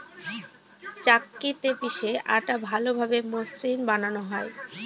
চাক্কিতে পিষে আটা ভালোভাবে মসৃন বানানো হয়